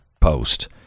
post